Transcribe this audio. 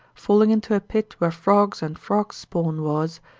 falling into a pit where frogs and frogs' spawn was,